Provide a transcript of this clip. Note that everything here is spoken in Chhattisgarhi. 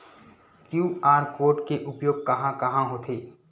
क्यू.आर कोड के उपयोग कहां कहां होथे?